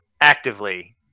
actively